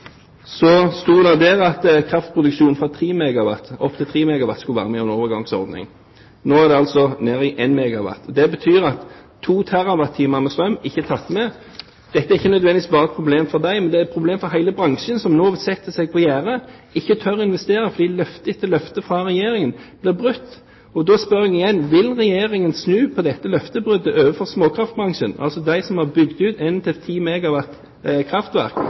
der at kraftproduksjon opptil 3 MW skulle være med i en overgangsordning. Nå er det altså nede i 1 MW. Det betyr at 2 TWh med strøm ikke er tatt med. Dette er ikke nødvendigvis bare et problem for dem, men det er et problem for hele bransjen, som nå setter seg på gjerdet, ikke tør å investere, fordi løfte etter løfte fra Regjeringen blir brutt. Da spør jeg igjen: Vil Regjeringen snu på dette løftebruddet overfor småkraftbransjen, altså de som har bygd ut 1 til 10 MW kraftverk,